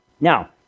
Now